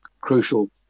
crucial